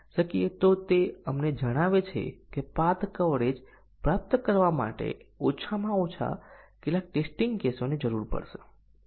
હવે ત્રીજી આવશ્યકતા એ છે કે જ્યારે આપણે બેઝીક કન્ડીશન સેટ કરીએ છીએ ત્યારે ટેસ્ટીંગ કેસ બેઝીક કન્ડીશન ને સાચા અને ખોટા મૂલ્ય પર સુયોજિત કરે છે